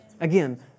Again